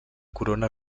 corona